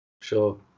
sure